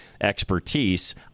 expertise